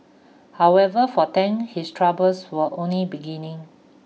however for Tang his troubles were only beginning